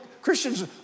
Christians